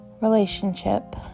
relationship